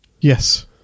yes